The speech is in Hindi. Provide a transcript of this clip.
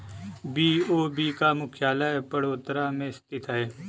बी.ओ.बी का मुख्यालय बड़ोदरा में स्थित है